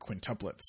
quintuplets